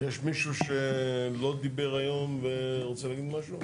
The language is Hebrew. יש מישהו שלא דיבר היום ורוצה להגיד משהו?